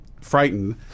frightened